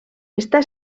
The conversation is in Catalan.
està